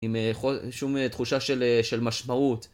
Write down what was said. עם אהה חול שום תחושה של משמעות